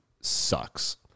sucks